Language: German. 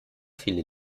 viele